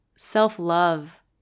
Self-love